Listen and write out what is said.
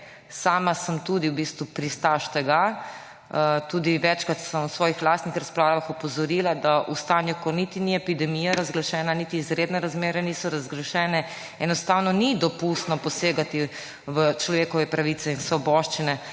Sama sem tudi v bistvu pristaš tega. Večkrat sem tudi v svojih lastnih razpravah opozorila, da v stanju, ko niti ni epidemija razglašena, niti izredne razmere niso razglašene, enostavno ni dopustno posegati v človekove pravice in svoboščine